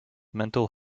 mental